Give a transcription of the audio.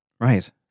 Right